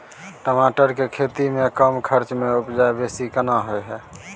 टमाटर के खेती में कम खर्च में उपजा बेसी केना होय है?